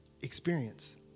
experience